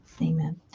Amen